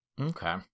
Okay